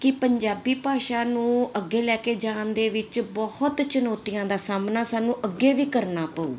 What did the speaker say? ਕੀ ਪੰਜਾਬੀ ਭਾਸ਼ਾ ਨੂੰ ਅੱਗੇ ਲੈ ਕੇ ਜਾਣ ਦੇ ਵਿੱਚ ਬਹੁਤ ਚੁਨੌਤੀਆਂ ਦਾ ਸਾਹਮਣਾ ਸਾਨੂੰ ਅੱਗੇ ਵੀ ਕਰਨਾ ਪਊਗਾ